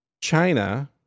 China